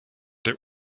der